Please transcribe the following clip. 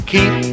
Keep